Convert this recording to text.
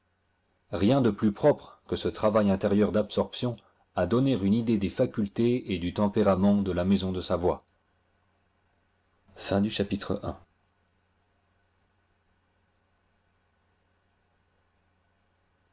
rien de plus propre que ce travail intérieur d'absorption à donner une idée des facultés et du tempérament de la maison de savoie